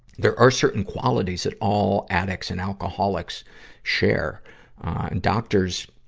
there are certain qualities that all addicts and alcoholics share. and doctors,